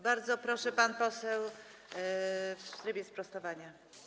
Bardzo proszę, pan poseł w trybie sprostowania.